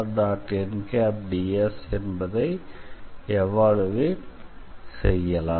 nds என்பதை evaluate செய்யலாம்